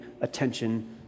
attention